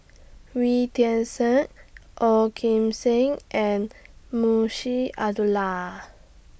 Wee Tian Siak Ong Kim Seng and Munshi Abdullah